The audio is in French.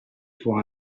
pour